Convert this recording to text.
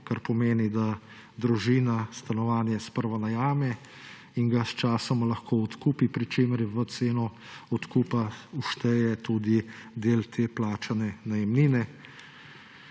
kar pomeni, da družina stanovanje sprva najame in ga sčasoma lahko odkupi, pri čemer se v ceno odkupa všteje tudi del plačane najemnine.